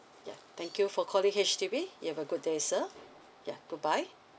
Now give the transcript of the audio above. ya thank you for calling H_D_B you have a good day sir ya bye bye